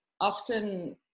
often